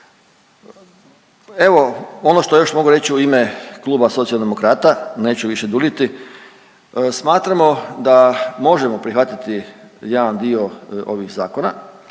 Evo ono što još mogu reći u ime kluba Socijaldemokrata, neću više duljiti. Smatramo da možemo prihvatiti jedan dio ovih zakona,